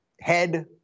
head